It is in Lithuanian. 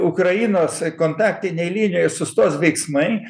ukrainos kontaktinėj linijoj sustos veiksmai